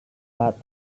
pak